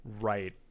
right